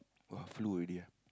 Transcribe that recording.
[wah] flu already ah